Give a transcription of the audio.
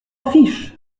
fiche